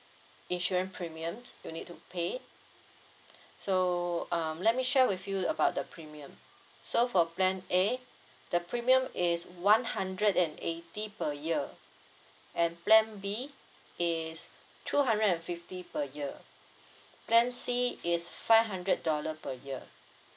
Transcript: insurance premiums you need to pay so um let me share with you about the premium so for plan A the premium is one hundred and eighty per year and plan B is two hundred and fifty per year plan C is five hundred dollar per year